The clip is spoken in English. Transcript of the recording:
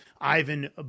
Ivan